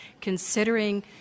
considering